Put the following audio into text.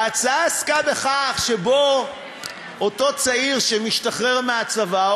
ההצעה עסקה בכך שאותו צעיר שמשתחרר מהצבא,